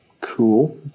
cool